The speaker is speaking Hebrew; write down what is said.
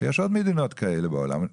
יש עוד מדינות כאלה בעולם.